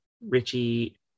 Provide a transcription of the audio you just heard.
Richie